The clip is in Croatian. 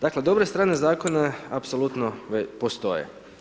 Dakle dobre strane zakona apsolutno postoje.